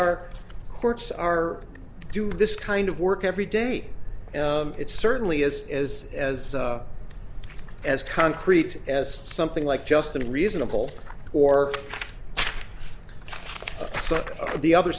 our courts are doing this kind of work every day and it's certainly as as as as concrete as something like just a reasonable or the other